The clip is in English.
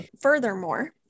Furthermore